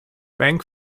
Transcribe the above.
bank